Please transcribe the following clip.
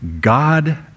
God